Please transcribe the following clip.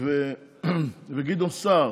וגדעון סער,